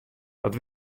dat